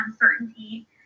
uncertainty